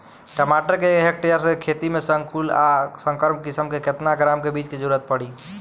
टमाटर के एक हेक्टेयर के खेती में संकुल आ संकर किश्म के केतना ग्राम के बीज के जरूरत पड़ी?